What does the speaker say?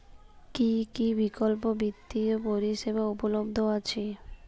কী কী বিকল্প বিত্তীয় পরিষেবা উপলব্ধ আছে?